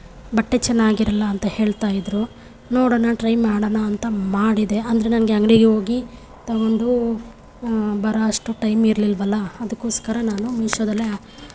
ಬಟ್ಟೆ ಚೆನ್ನಾಗಿರೋಲ್ಲ ಅಂತ ಹೇಳ್ತಾಯಿದ್ರು ನೋಡೋಣ ಟ್ರೈ ಮಾಡೋಣ ಅಂತ ಮಾಡಿದೆ ಅಂದರೆ ನನಗೆ ಅಂಗಡಿಗೆ ಹೋಗಿ ತಗೊಂಡು ಬರುವಷ್ಟು ಟೈಮ್ ಇರಲಿಲ್ವಲ್ಲ ಅದಕ್ಕೋಸ್ಕರ ನಾನು ಮೀಶೋದಲ್ಲೇ